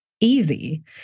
easy